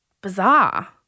bizarre